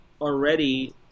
already